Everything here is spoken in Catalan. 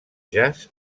jazz